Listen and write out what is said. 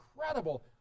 incredible